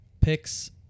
picks